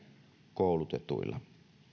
koulutetuilla